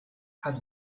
has